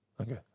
Okay